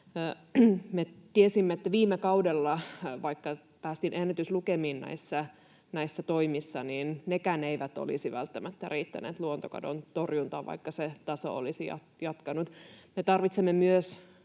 tiesimme, että vaikka viime kaudella päästiin ennätyslukemiin näissä toimissa, niin nekään eivät olisi välttämättä riittäneet luontokadon torjuntaan, vaikka se taso olisi jatkunut.